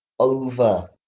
Over